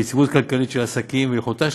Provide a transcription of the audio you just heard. ליציבות הכלכלית של העסקים וליכולתה של